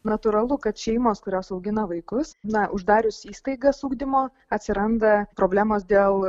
natūralu kad šeimos kurios augina vaikus na uždarius įstaigas ugdymo atsiranda problemos dėl